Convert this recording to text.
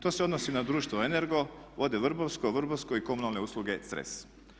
To se odnosi na društvo Energo, Vode Vrbovsko, Vrbovsko i Komunalne usluge Cres.